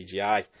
CGI